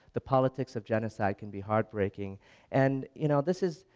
the politics of genocide can be heartbreaking and you know this is,